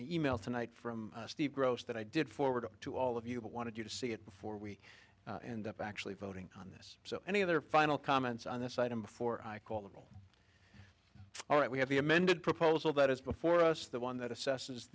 email tonight from steve gross that i did forward to all of you but wanted you to see it before we end up actually voting on this so any other final comments on this item before i call them all right we have the amended proposal that is before us the one that assesse